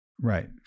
right